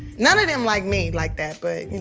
none of them like me like that, but, you